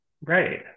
Right